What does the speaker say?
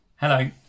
Hello